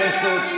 סמל המדינה.